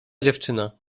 dziewczyna